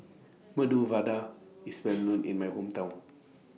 Medu Vada IS Well known in My Hometown